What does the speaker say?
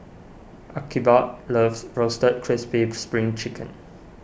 Archibald loves Roasted Crispy Spring Chicken